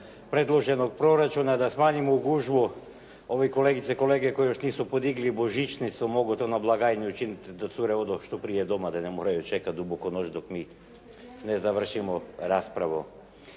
predloženog proračuna. Da smanjimo gužvu ovi kolegice i kolege koji još nisu podigli božićnicu mogu to na blagajni učiniti da cure odu što prije doma da ne moraju čekati duboko u noć dok mi ne završimo raspravu.